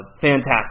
Fantastic